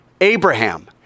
Abraham